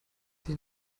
sie